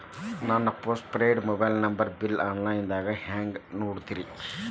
ನನ್ನ postpaid mobile number bill, online ದಾಗ ಹ್ಯಾಂಗ್ ನೋಡೋದ್ರಿ?